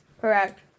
Correct